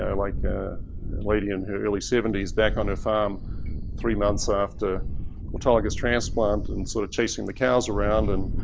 ah like a lady in her early seventies back onto a farm three months after autologous transplant and sort of chasing the cows around and